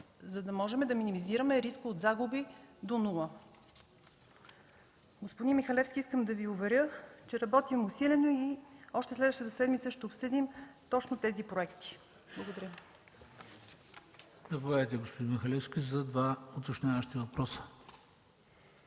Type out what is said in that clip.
за да можем да минимизираме риска от загуби до нула. Господин Михалевски, искам да Ви уверя, че работим усилено и още следващата седмица ще обсъдим точно тези проекти. Благодаря. ПРЕДСЕДАТЕЛ ХРИСТО БИСЕРОВ: Господин Михалевски, заповядайте за два уточняващи въпроса.